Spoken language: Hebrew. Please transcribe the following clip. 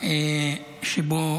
שבו